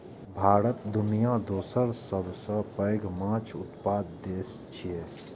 भारत दुनियाक दोसर सबसं पैघ माछ उत्पादक देश छियै